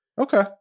Okay